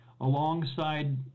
alongside